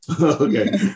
okay